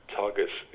targets